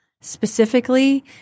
specifically